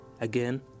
Again